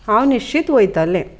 हांव निश्चीत वतलें